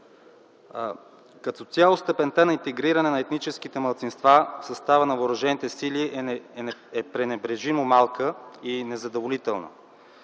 „Като цяло степента на интегриране на етническите малцинства в състава на въоръжените сили е пренебрежимо малка и незадоволителна,